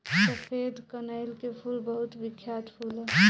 सफेद कनईल के फूल बहुत बिख्यात फूल ह